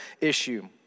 issue